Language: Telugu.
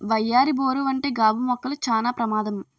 వయ్యారి బోరు వంటి గాబు మొక్కలు చానా ప్రమాదం